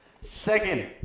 Second